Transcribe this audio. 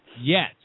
Yes